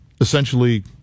essentially